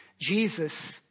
Jesus